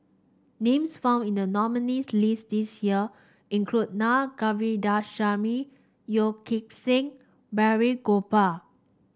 names found in the nominees' list this year include Naa Govindasamy Yeo Kim Seng Balraj Gopal